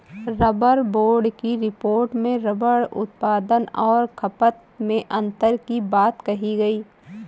rubber board की report में rubber उत्पादन और खपत में अन्तर की बात कही गई